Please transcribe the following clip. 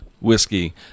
whiskey